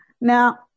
Now